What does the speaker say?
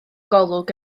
golwg